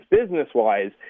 business-wise